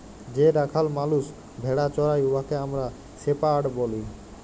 যে রাখাল মালুস ভেড়া চরাই উয়াকে আমরা শেপাড় ব্যলি